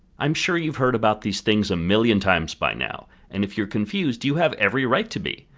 i'm sure you've heard about these things a million times by now, and if you are confused you have every right to be,